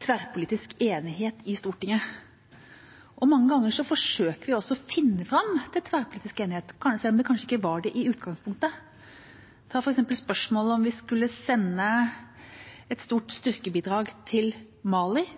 tverrpolitisk enighet i Stortinget. Mange ganger forsøker vi også å finne fram til tverrpolitisk enighet, selv om det kanskje ikke var det i utgangspunktet. Ta f.eks. spørsmålet om vi skulle sende et stort styrkebidrag til Mali: